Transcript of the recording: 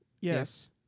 Yes